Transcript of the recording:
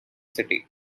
city